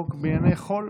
לעסוק בענייני חול.